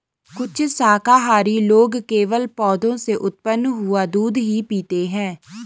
कुछ शाकाहारी लोग केवल पौधों से उत्पन्न हुआ दूध ही पीते हैं